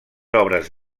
obres